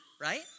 right